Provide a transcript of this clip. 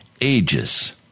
ages